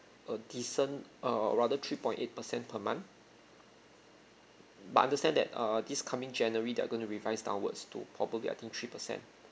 a decent err rather three point eight percent per month but understand that uh this coming january they're gonna revised downwards to probably I think three percent